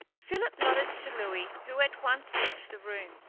philip nodded to louis, who at once left the room.